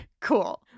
Cool